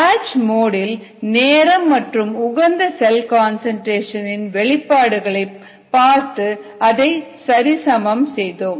batch mode இல் நேரம் மற்றும் உகந்த செல் கன்சன்ட்ரேஷன் இன் வெளிப்பாடுகளை பார்த்து அதை சரிசமம் செய்தோம்